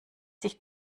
sich